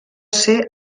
ser